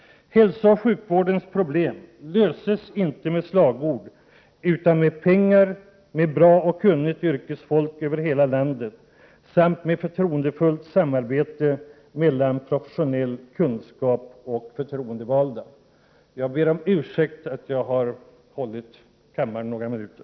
Hälsooch sjukvårdens problem löses inte med slagord utan med pengar, med bra och kunnigt yrkesfolk över hela landet samt med ett förtroendefullt samarbete mellan professionell kunskap och förtroendevalda. Jag ber om ursäkt för att jag inför juluppehållet uppehållit kammaren under några minuter.